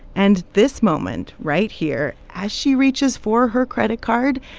and this moment, right here as she reaches for her credit card,